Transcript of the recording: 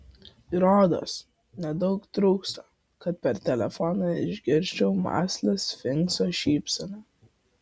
rodos nedaug trūksta kad per telefoną išgirsčiau mąslią sfinkso šypseną